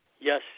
Yes